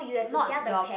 not your pa~